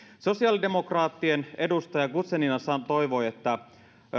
sosiaalidemokraattien edustaja guzenina toivoi että